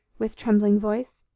with trembling voice,